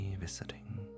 visiting